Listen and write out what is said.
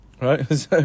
Right